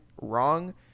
wrong